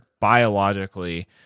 biologically